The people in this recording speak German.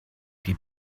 die